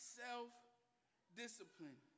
self-discipline